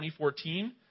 2014